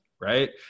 right